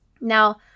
Now